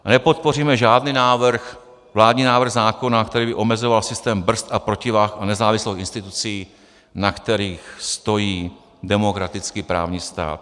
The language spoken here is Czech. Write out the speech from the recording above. Nepodpoříme žádný vládní návrh zákona, který by omezoval systém brzd a protivah a nezávislost institucí, na kterých stojí demokratický právní stát.